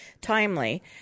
timely